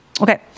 Okay